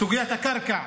סוגיית הקרקע.